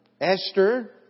Esther